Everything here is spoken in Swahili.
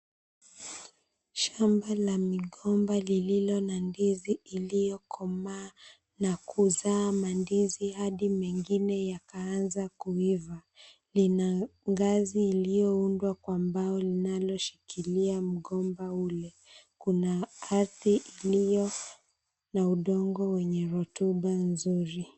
Shamba la migomba lililo na ndizi iliyokomaa na kuzaa mandizi hadi mengine yakaanza kuiva. Lina ngazi iliyoundwa kwa mbao linaloshikilia mgomba ule. Kuna ardhi iliyo na udongo wenye rutuba nzuri.